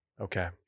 okay